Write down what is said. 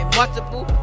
Multiple